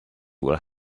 will